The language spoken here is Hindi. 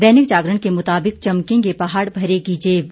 दैनिक जागरण के मुताबिक चमकेंगे पहाड़ भरेगी जेब